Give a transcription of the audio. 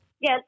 Yes